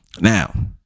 Now